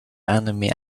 enemy